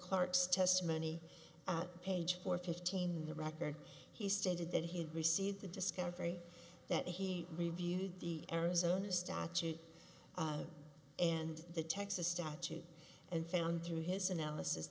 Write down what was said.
clarke's testimony at page four fifteen the record he stated that he had received the discovery that he reviewed the arizona statute and the texas statute and found through his analysis